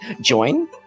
Join